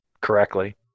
correctly